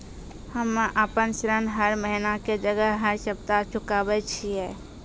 हम्मे आपन ऋण हर महीना के जगह हर सप्ताह चुकाबै छिये